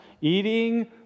eating